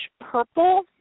purple